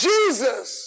Jesus